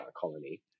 colony